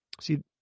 See